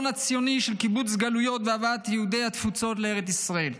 הציוני של קיבוץ גלויות והבאת יהודי התפוצות לארץ ישראל.